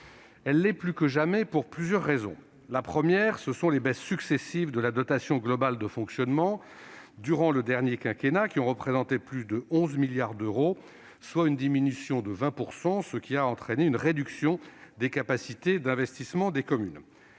Elle l'est plus que jamais, pour plusieurs raisons. La première raison, ce sont les baisses successives de la dotation globale de fonctionnement, la DGF, durant le dernier quinquennat ont représenté plus de 11 milliards d'euros, soit une diminution de 20 %, entraînant une réduction des capacités d'investissement des communes.